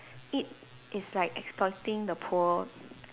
it is like exploiting the poor